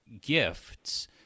gifts